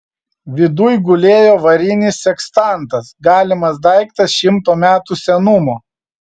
viduj gulėjo varinis sekstantas galimas daiktas šimto metų senumo